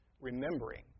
remembering